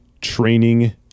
training